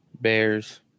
Bears